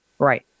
Right